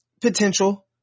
potential